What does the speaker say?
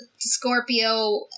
Scorpio